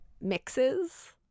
mixes